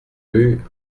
rue